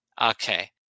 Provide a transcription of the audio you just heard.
Okay